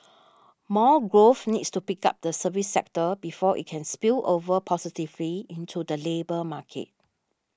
more growth needs to pick up the services sector before it can spill over positively into the labour market